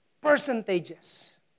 percentages